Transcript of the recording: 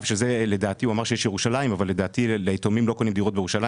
הוא אמר שיש בירושלים אבל לדעתי ליתומים לא קונים דירות בירושלים.